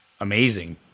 amazing